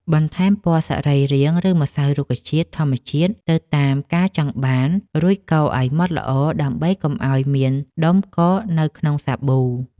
បន្ថែមពណ៌សរីរាង្គ ឬម្សៅរុក្ខជាតិធម្មជាតិទៅតាមការចង់បាន រួចកូរឱ្យម៉ត់ល្អដើម្បីកុំឱ្យមានដុំកកនៅក្នុងសាប៊ូ។